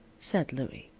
said louie,